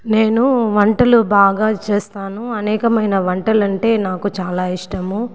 నేను వంటలు బాగా చేస్తాను అనేకమైన వంటలంటే నాకు చాలా ఇష్టము